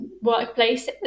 workplace